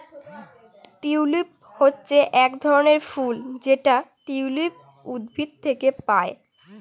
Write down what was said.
tulip হচ্ছে এক ধরনের ফুল যেটা টিউলিপ উদ্ভিদ থেকে পায়